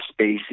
spacey